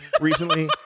recently